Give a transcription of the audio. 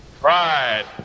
pride